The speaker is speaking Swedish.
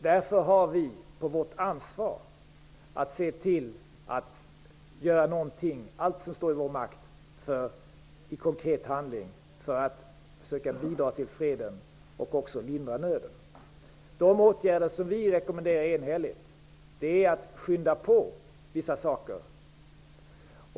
Däremot har vi på vårt ansvar att se till att göra allt som står i vår makt för att i konkret handling försöka bidra till freden och även lindra nöden. De åtgärder som vi enhälligt rekommenderar är att skynda på vissa saker.